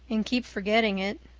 and keep forgetting it.